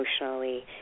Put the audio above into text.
emotionally